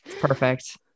perfect